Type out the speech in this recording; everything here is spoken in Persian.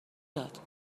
داد